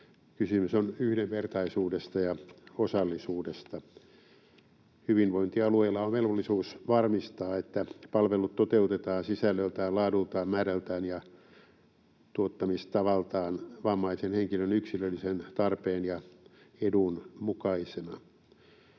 Kysymys on yhdenvertaisuudesta ja osallisuudesta. Hyvinvointialueilla on velvollisuus varmistaa, että palvelut toteutetaan sisällöltään, laadultaan, määrältään ja tuottamistavaltaan vammaisen henkilön yksilöllisen tarpeen ja edun mukaisina.